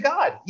God